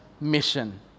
mission